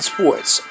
Sports